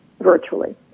virtually